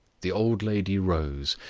the old lady rose,